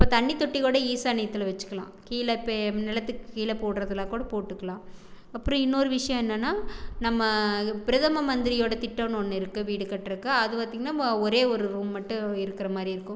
இப்போ தண்ணி தொட்டி கூட ஈசானியத்தில் வச்சுக்கலாம் கீழே நிலத்துக்கு கீழே போடுறதெலாம் கூட போட்டுக்கலாம் அப்புறோம் இன்னோரு விஷயோம் என்னன்னா நம்ம பிரதம மந்திரியோட திட்டம்னு ஒன்று இருக்கு வீடு கட்டறக்கு அது பார்த்திங்ன்னா ஒரே ஒரு ரூம் மட்டும் இருக்கிற மாதிரி இருக்கும்